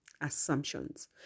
assumptions